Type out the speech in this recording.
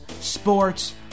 sports